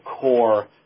core